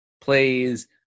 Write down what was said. plays